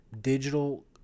digital